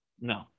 No